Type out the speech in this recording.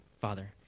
Father